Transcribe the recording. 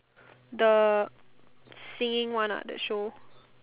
the singing one ah that show